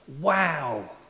Wow